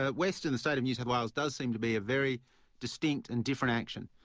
ah west and the state of new south wales does seem to be a very distinct and different action.